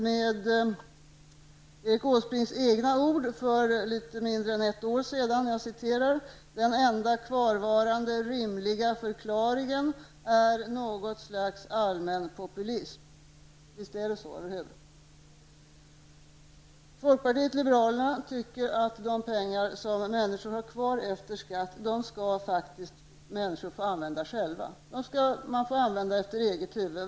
Men för litet mindre än ett år sedan sade Erik Åsbrink: Den enda kvarvarande rimliga förklaringen är något slags allmän populism. Visst är det så, eller hur? Folkpartiet liberalerna tycker att de pengar som människor har kvar efter skatt skall de faktiskt få använda själva. Dessa pengar skall människor få använda efter eget huvud.